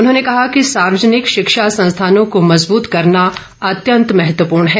उन्होंने कहा कि सार्वजनिक शिक्षा संस्थानों को मजबूत करना अत्यंत महत्वपूर्ण है